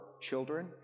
children